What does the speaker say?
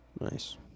Nice